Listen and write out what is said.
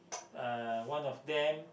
uh one of them